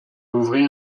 ouvrir